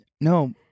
No